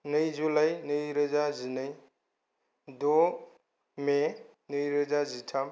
नै जुलाइ नै रोजा जिनै द' मे नै रोजा जिथाम